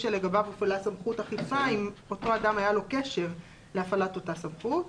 שלגביו הופעלה סמכות אכיפה אם לאותו אדם היה קשר להפעלת אותה סמכות.